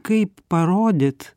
kaip parodyt